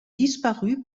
disparut